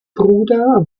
bruder